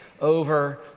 over